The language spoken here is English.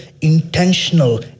intentional